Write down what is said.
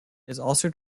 also